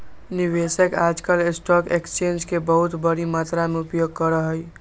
निवेशक आजकल stock exchange के बहुत बडी मात्रा में उपयोग करा हई